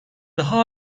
daha